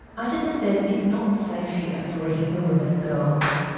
agitda says it's not safe here for rohingya women and girls.